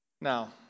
Now